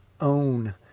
own